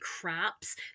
crops